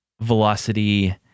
velocity